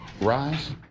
rise